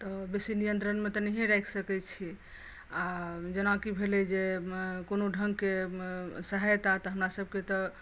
तँ बेसी नियन्त्रणमे तँ नहिये राखि सकै छी आ जेनाकि भेलै जे मे कोनो ढंगके मे सहायता तँ हमरा सबके तँ